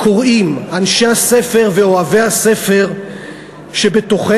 אנשי הספר ואוהבי הספר שבתוכנו,